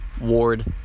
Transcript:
Ward